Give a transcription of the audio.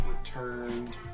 returned